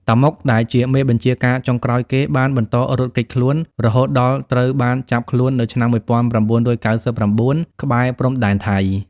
តាម៉ុក ដែលជាមេបញ្ជាការចុងក្រោយគេ បានបន្តរត់គេចខ្លួនរហូតដល់ត្រូវបានចាប់ខ្លួននៅឆ្នាំ១៩៩៩ ក្បែរព្រំដែនថៃ។